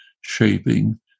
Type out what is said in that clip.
shaping